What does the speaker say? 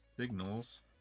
Signals